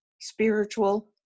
spiritual